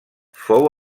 fou